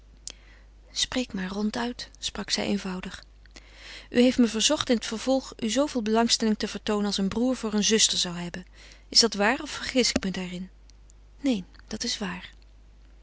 spreek maar ronduit sprak zij eenvoudig u heeft me verzocht in het vervolg u zooveel belangstelling te toonen als een broêr voor een zuster zou hebben is dat waar of vergis ik me daarin neen dat is waar